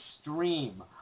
stream